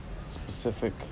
specific